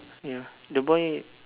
ya the boy